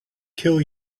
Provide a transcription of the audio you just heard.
kill